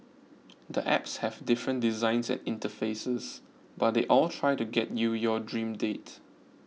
the apps have different designs and interfaces but they all try to get you your dream date